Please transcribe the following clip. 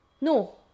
No